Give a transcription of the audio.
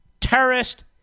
terrorist